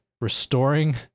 restoring